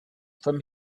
from